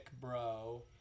bro